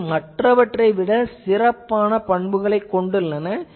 இவை மற்றவற்றை விட சிறப்பான பண்புகளைக் கொண்டுள்ளன